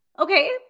okay